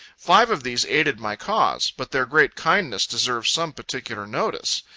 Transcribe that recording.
five of these aided my cause but their great kindness deserves some particular notice.